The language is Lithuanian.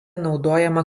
naudojama